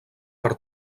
per